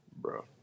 Bro